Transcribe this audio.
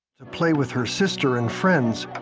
to play with her sister and friends,